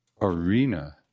arena